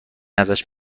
ازش